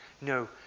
No